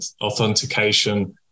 authentication